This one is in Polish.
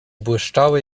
błyszczały